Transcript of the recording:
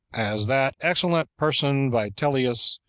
as that excellent person vitellius,